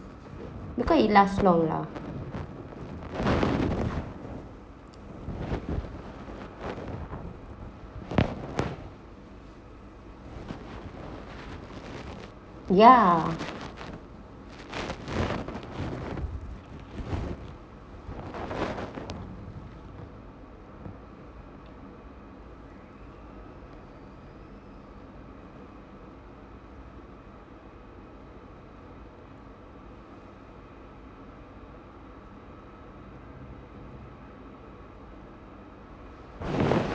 because it last long lah ya